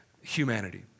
humanity